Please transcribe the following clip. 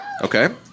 Okay